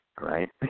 Right